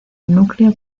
núcleo